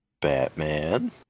Batman